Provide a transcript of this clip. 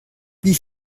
wie